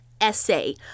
essay